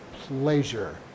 pleasure